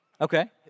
Okay